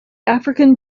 african